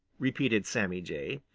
repeated sammy jay.